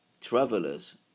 travelers